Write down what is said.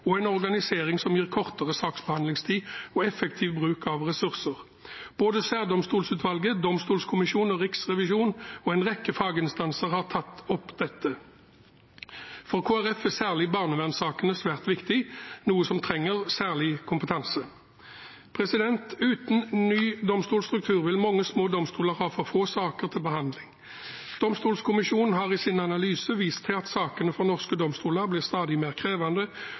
og en organisering som gir kortere saksbehandlingstid og effektiv bruk av ressurser. Både Særdomstolsutvalget, domstolkommisjonen, Riksrevisjonen og en rekke faginstanser har tatt opp dette. For Kristelig Folkeparti er særlig barnevernssakene svært viktig, noe som trenger særlig kompetanse. Uten en ny domstolstruktur vil mange små domstoler ha for få saker til behandling. Domstolkommisjonen har i sin analyse vist til at sakene for norske domstoler blir stadig mer krevende,